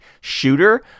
shooter